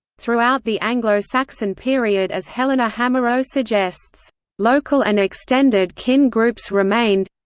throughout the anglo-saxon period as helena hamerow suggests local and extended kin groups remained.